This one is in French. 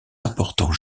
importants